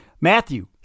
Matthew